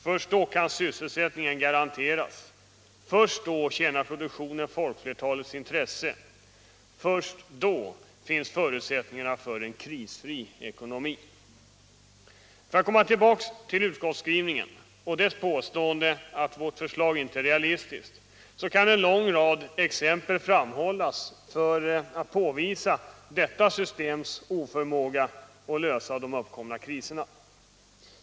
Först då kan sysselsättningen garanteras. Först då tjänar produktionen folkflertalets intresse. Först då finns förutsättningarna för en krisfri ekonomi. För att komma tillbaka till utskottsskrivningen och dess påstående att vårt förslag inte är realistiskt kan en lång rad exempel framhållas för att påvisa detta systems oförmåga att lösa de uppkomna kriserna.